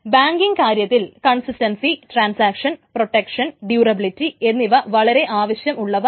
banking കാര്യത്തിൽ consistency transaction protection durability എന്നിവ വളരെ ആവശ്യം ഉള്ളവയാണ്